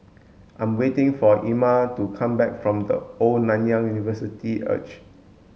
I'm waiting for Erma to come back from The Old Nanyang University Arch